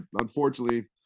unfortunately